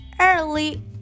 early